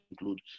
include